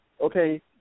okay